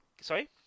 Sorry